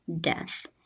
death